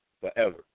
forever